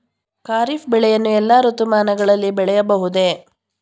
ಖಾರಿಫ್ ಬೆಳೆಯನ್ನು ಎಲ್ಲಾ ಋತುಮಾನಗಳಲ್ಲಿ ಬೆಳೆಯಬಹುದೇ?